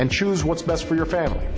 and choose what's best for your family